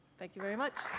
thank you very much.